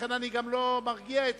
לכן אני גם לא מרגיע אתכם,